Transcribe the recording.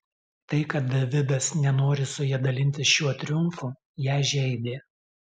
tai kad davidas nenori su ja dalintis šiuo triumfu ją žeidė